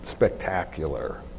spectacular